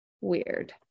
weird